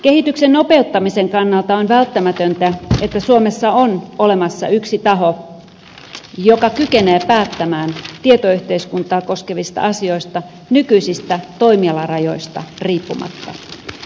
kehityksen nopeuttamisen kannalta on välttämätöntä että suomessa on olemassa yksi taho joka kykenee päättämään tietoyhteiskuntaa koskevista asioista nykyisistä toimialarajoista riippumatta